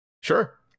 sure